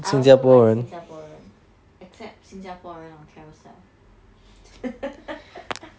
I also like 新加坡人 except 新加坡人 on Carousell